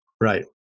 Right